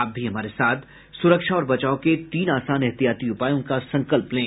आप भी हमारे साथ सुरक्षा और बचाव के तीन आसान एहतियाती उपायों का संकल्प लें